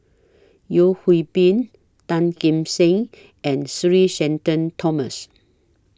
Yeo Hwee Bin Tan Kim Seng and Sir Shenton Thomas